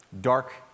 Dark